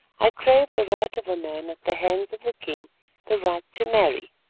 i crave the right of a man at the hands of the king the right to marry.